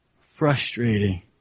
Frustrating